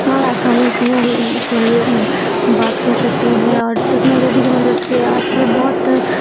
اور آسانی سے کوئی بات کر سکتے ہیں اور ٹیکنالوجی کی مدد سے آج کل بہت